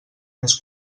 més